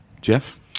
Jeff